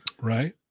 Right